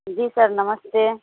जी sir नमस्ते